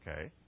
Okay